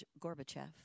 Gorbachev